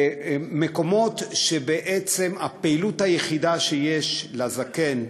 במקומות שבעצם הפעילות היחידה שיש לזקן,